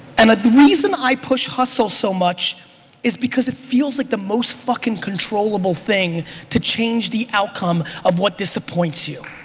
and the reason i push hustle so much is because it feels like the most fuckin' controllable thing to change the outcome of what disappoints you.